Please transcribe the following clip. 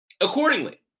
accordingly